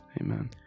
Amen